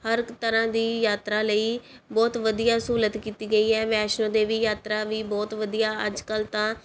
ਹਰ ਇੱਕ ਤਰ੍ਹਾਂ ਦੀ ਯਾਤਰਾ ਲਈ ਬਹੁਤ ਵਧੀਆ ਸਹੂਲਤ ਕੀਤੀ ਗਈ ਹੈ ਵੈਸ਼ਨੋ ਦੇਵੀ ਯਾਤਰਾ ਵੀ ਬਹੁਤ ਵਧੀਆ ਅੱਜ ਕੱਲ੍ਹ ਤਾਂ